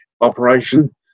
operation